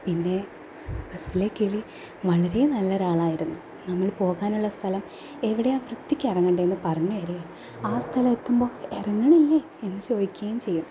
പിന്നെ ബസ്സിലെ കിളി വളരെ നല്ലൊരാളായിരുന്നു നമ്മൾ പോകാനുള്ള സ്ഥലം എവിടെയാണ് വൃത്തിക്ക് ഇറങ്ങണ്ടേ എന്ന് പറഞ്ഞ് തരികയും ആ സ്ഥലമെത്തുമ്പോൾ ഇറങ്ങണില്ലേ എന്ന് ചോദിക്കുകയും ചെയ്യും